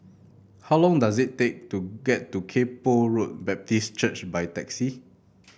how long does it take to get to Kay Poh Road Baptist Church by taxi